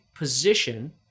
position